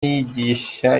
yigisha